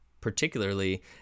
particularly